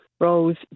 roles